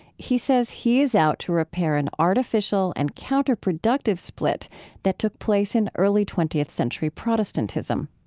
he says he is out to repair an artificial and counterproductive split that took place in early twentieth century protestantism,